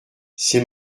c’est